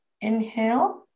inhale